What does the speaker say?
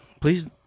Please